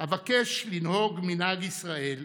אבקש לנהוג מנהג ישראל,